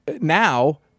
now